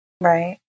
Right